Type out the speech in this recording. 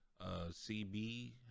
CB